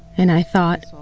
and i thought,